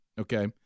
Okay